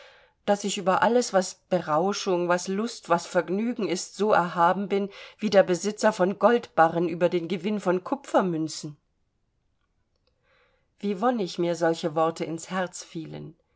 daß ich über alles was berauschung was lust was vergnügen ist so erhaben bin wie der besitzer von goldbarren über den gewinn von kupfermünzen wie wonnig mir solche worte ins herz fielen